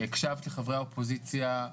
הקשבת לחברי האופוזיציה,